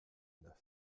neuf